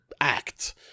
act